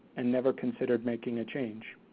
and never considered making a change.